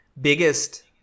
biggest